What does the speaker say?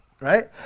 right